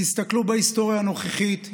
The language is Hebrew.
תסתכלו בהיסטוריה הנוכחית,